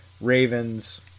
Ravens